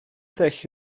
ddull